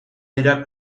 dira